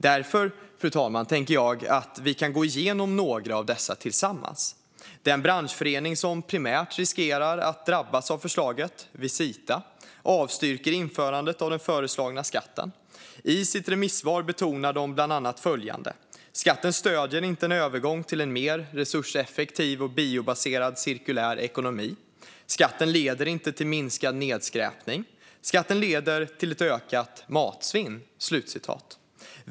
Därför, fru talman, tänker jag att vi kan gå igenom några av dessa tillsammans. Den branschförening som primärt riskerar att drabbas av förslaget, Visita, avstyrker införandet av den föreslagna skatten. I sitt remissvar betonar man bland annat följande: Skatten stöder inte en övergång till en mer resurseffektiv och biobaserad cirkulär ekonomi. Skatten leder inte till minskad nedskräpning. Skatten leder till ökat matsvinn.